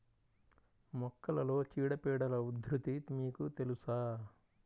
మొక్కలలో చీడపీడల ఉధృతి మీకు తెలుసా?